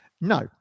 No